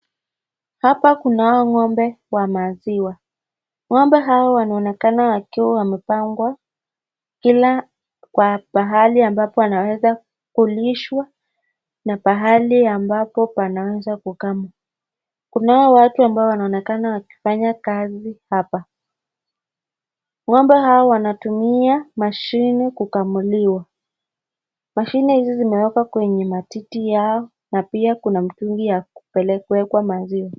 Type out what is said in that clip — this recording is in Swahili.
Hapa kunao ng'ombe wa maziwa , ng'ombe hawa wanaonekana wakiwa wamepangwa kila kwa pahali ambapo wanaweza kulishwa na pahali ambapo panaweza kukamwa ,kunao watu ambao wanaonekana wakifanya kazi hapa, ng'ombe hao wanatumia mashini kukamuliwa , mashini hizi zinawekwa kwenye matiti yao na pia kuna mitungi ya kuwekwa maziwa.